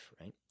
right